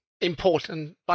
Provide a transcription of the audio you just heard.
important